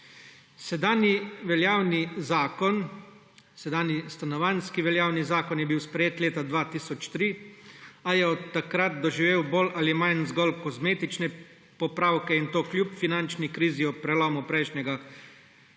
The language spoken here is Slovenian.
Sedanji veljavni zakon, sedanji stanovanjski veljavni zakon, je bil sprejet leta 2003, a je od takrat doživel bolj ali manj zgolj kozmetične popravke, in to kljub finančni krizi ob prelomu prejšnjega desetletja,